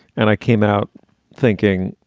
and i came out thinking,